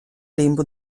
lembo